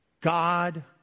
God